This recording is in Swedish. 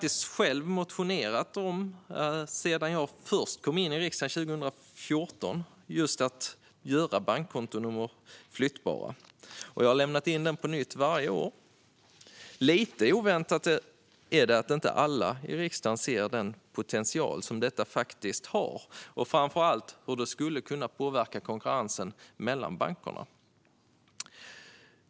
Sedan jag först kom in i riksdagen 2014 har jag själv motionerat om att göra bankkontonummer flyttbara. Jag har väckt den motionen på nytt varje år. Lite oväntat är det att inte alla i riksdagen ser den potential som detta faktiskt har och framför allt hur det skulle kunna påverka konkurrensen mellan bankerna.